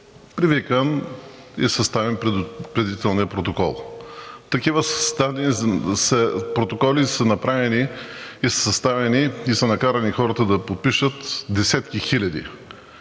привикан и е съставен предупредителният протокол? Такива протоколи са направени и са съставени, и са накарани хората да подпишат – десетки хиляди.